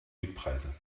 mietpreise